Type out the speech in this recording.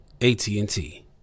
AT&T